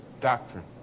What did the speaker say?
doctrine